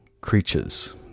creatures